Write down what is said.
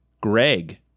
Greg